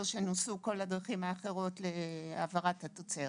שנוסו כל הדרכים האחרות להעברת התוצרת.